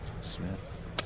Smith